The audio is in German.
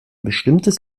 bestimmtes